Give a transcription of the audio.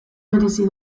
merezi